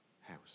house